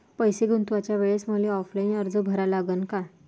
पैसे गुंतवाच्या वेळेसं मले ऑफलाईन अर्ज भरा लागन का?